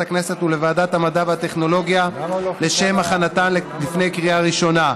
הכנסת ולוועדת המדע והטכנולוגיה לשם הכנתן לקריאה ראשונה,